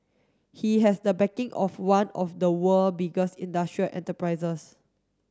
he has the backing of one of the world biggest industrial enterprises